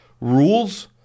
rules